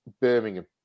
Birmingham